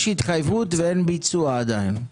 יש התחייבות ואין ביצוע עדיין.